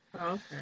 Okay